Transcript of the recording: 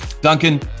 Duncan